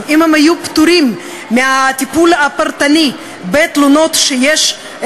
אם הם יהיו פטורים מהטיפול הפרטני בתלונות שיש,